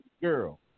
girl